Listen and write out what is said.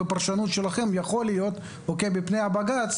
ושהפרשנות שלכם יכולה להתקבל בפני בג"ץ.